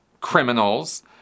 criminals